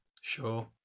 Sure